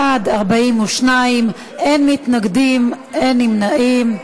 בעד, 42, אין מתנגדים, אין נמנעים.